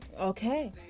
Okay